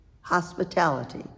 hospitality